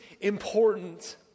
important